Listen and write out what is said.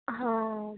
ਹਾਂ